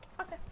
Okay